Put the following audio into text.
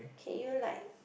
can you like